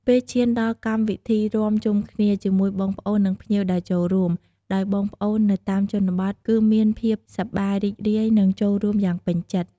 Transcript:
ពេលឈានដល់កម្មវិធីរាំជុំគ្នាជាមួយបងប្អូននិងភ្ញៀវដែលចូលរួម ដោយបងប្អូននៅតាមជនបទគឺមានភាពសប្បាយរីករាយនិងចូលរួមយ៉ាងពេញចិត្ត។